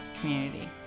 community